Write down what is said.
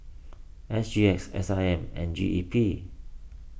S G X S I M and G E P